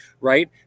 right